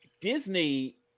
Disney